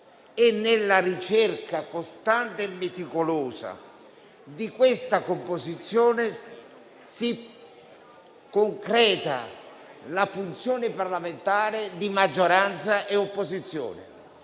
nella ricerca costante e meticolosa di questa composizione, si concreta la funzione parlamentare di maggioranza e opposizione.